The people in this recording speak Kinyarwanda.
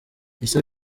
issa